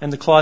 and the cla